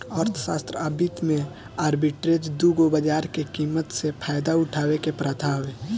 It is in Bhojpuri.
अर्थशास्त्र आ वित्त में आर्बिट्रेज दू गो बाजार के कीमत से फायदा उठावे के प्रथा हवे